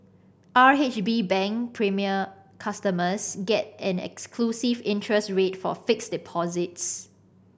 R H B Bank Premier customers get an exclusive interest rate for fixed deposits